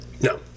No